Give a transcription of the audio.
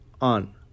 on